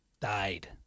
died